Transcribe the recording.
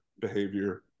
behavior